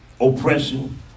oppression